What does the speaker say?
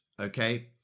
okay